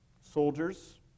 Soldiers